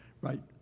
right